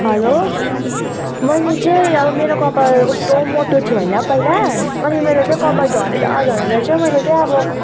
hello मैले चाहिँ अब मेरो कपाल कस्तो मोटो थियो होइन पहिला अनि मेरो त्यो कपाल झरे झरेर चाहिँ मैले त्यो अब